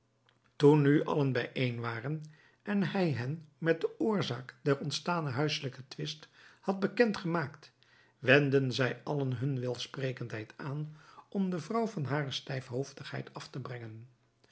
toen nu allen bijeen waren en hij hen met de oorzaak der ontstane huisselijke twist had bekend gemaakt wendden zij allen hunne welsprekendheid aan om de vrouw van hare stijfhoofdigheid af te brengen